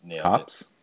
cops